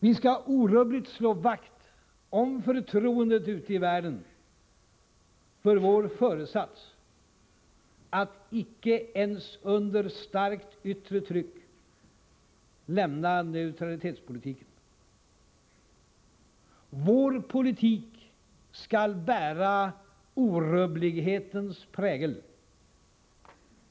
Vi skall orubbligt slå vakt om förtroendet ute i världen för vår föresats att icke ens under starkt yttre tryck lämna neutralitetspolitiken. Vår politik skall bära orubblighetens prägel.